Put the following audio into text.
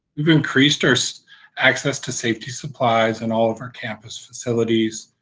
we've increased our so access to safety supplies and all of our campus facilities,